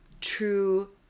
true